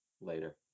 Later